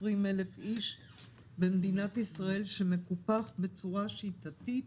אלף איש במדינת ישראל שמקופח בצורה שיטתית